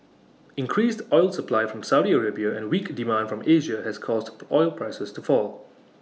increased oil supply from Saudi Arabia and weak demand from Asia has caused oil prices to fall